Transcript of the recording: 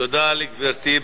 תודה לגברתי.